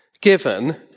given